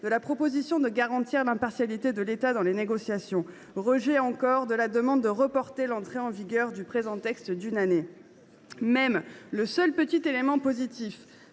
la proposition de garantir l’impartialité de l’État dans les négociations ; rejetée, encore, la demande de reporter l’entrée en vigueur du présent texte d’une année. Même l’unique petit élément positif,